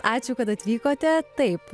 ačiū kad atvykote taip